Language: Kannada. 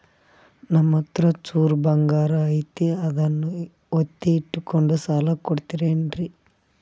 ನಮ್ಮಹತ್ರ ಚೂರು ಬಂಗಾರ ಐತಿ ಅದನ್ನ ಒತ್ತಿ ಇಟ್ಕೊಂಡು ಸಾಲ ಕೊಡ್ತಿರೇನ್ರಿ?